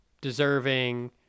deserving